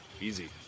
Easy